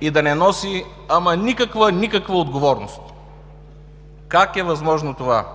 и да не носи ама никаква, никаква отговорност?! Как е възможно това?